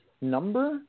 number